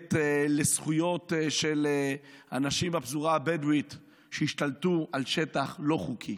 ודואגת לזכויות של אנשים מהפזורה הבדואית שהשתלטו על שטח לא חוקי,